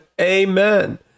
amen